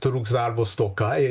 trūks darbo stoka ir